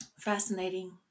Fascinating